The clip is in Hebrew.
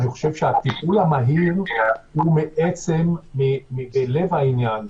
אני חושב שהטיפול המהיר הוא בעצם בלב העניין,